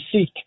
seek